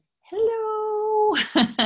hello